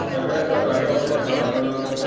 रोखडेत दोतोरागेर वचो शकता पूण